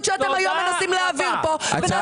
שאתם היום מנסים להעביר פה ונעשה --- תודה רבה.